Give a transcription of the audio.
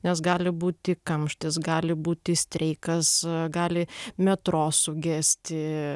nes gali būti kamštis gali būti streikas gali metro sugesti